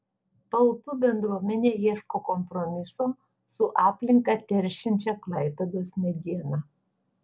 paupių bendruomenė ieško kompromiso su aplinką teršiančia klaipėdos mediena